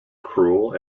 cruel